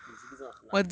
你的 G_P 真的很烂